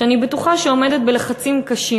שאני בטוחה שעומדת בלחצים קשים,